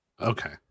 okay